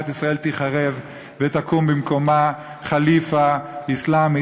ישראל תיחרב ותקום במקומה ח'ליפה אסלאמית.